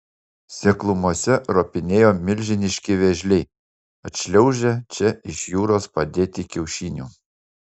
seklumose ropinėjo milžiniški vėžliai atšliaužę čia iš jūros padėti kiaušinių